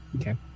Okay